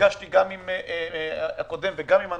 נפגשתי גם עם הקודם וגם עם הנוכחי,